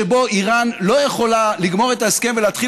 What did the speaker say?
שבו איראן לא יכולה לגמור את ההסכם ולהתחיל